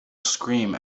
scream